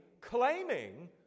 claiming